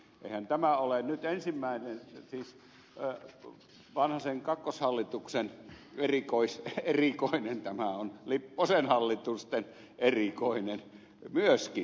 eihän tämä ole nyt siis vanhasen kakkoshallituksen erikoinen tämä on lipposen hallitusten erikoinen myöskin